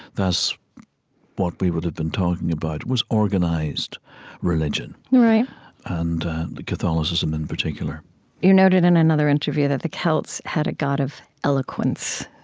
that's what we would've been talking about. it was organized religion right and catholicism in particular you noted in another interview that the celts had a god of eloquence,